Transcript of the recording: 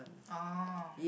oh